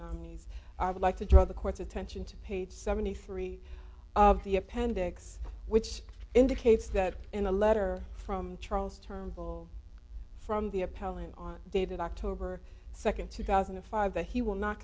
nominees i would like to draw the court's attention to page seventy three of the appendix which indicates that in a letter from charles terminal from the appellant on dated october second two thousand and five that he will not